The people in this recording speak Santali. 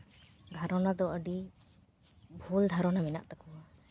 ᱫᱷᱟᱨᱚᱱᱟ ᱫᱚ ᱟᱹᱰᱤ ᱵᱷᱩᱞ ᱫᱷᱟᱨᱚᱱᱟ ᱢᱮᱱᱟᱜ ᱛᱟᱠᱚᱣᱟ